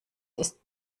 ist